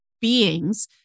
beings